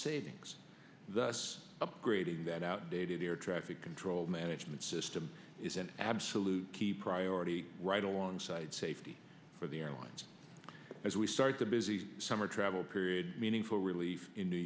savings thus upgrading that outdated air traffic control management system is an absolute key priority right alongside safety for the airlines as we start the busy summer travel period meaning for relief in new